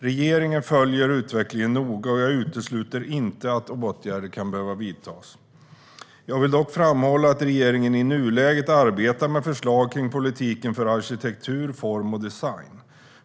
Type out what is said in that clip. Regeringen följer utvecklingen noga, och jag utesluter inte att åtgärder kan behöva vidtas. Jag vill dock framhålla att regeringen i nuläget arbetar med förslag kring politiken för arkitektur, form och design.